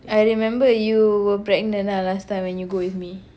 I remember you were pregnant lah last time when you go with me